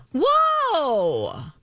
Whoa